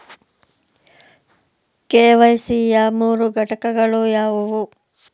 KYC ಯ ಮೂರು ಘಟಕಗಳು ಯಾವುವು?